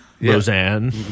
Roseanne